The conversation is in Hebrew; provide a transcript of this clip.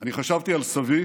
אני חשבתי על סבי